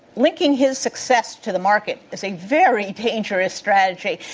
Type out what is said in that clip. linking his success to the market is a very dangerous strategy,